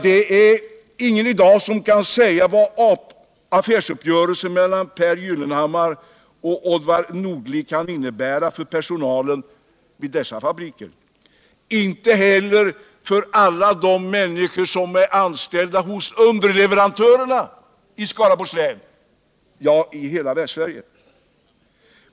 Det är väl ingen som i dag kan säga vad affärsuppgörelsen mellan Pehr Gyllenhammar och Oddvar Nordli kan innebära för personalen vid dessa fabriker och för de människor som är anställda hos underleverantörerna I Skaraborgs län — ja, i hela Västsverige.